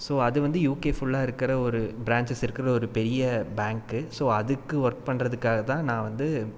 so அது வந்து UK ஃபுல்லாக இருக்கிற ஒரு பிரான்ஞ்சஸ்ருக்குற ஒரு பெரிய பேங்க் ஸோ அதுக்கு ஒர்க் பண்ணுறதுக்காகத்தான் நான் வந்து